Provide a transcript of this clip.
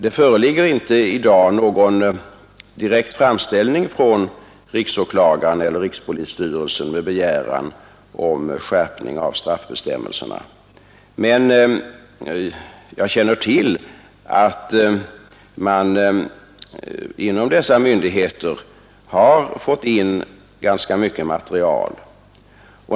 Det föreligger inte i dag någon direkt framställning från riksåklagaren eller rikspolisstyrelsen med begäran om skärpning av straffbestämmelserna. Men jag känner till att dessa myndigheter har fått in ganska mycket material.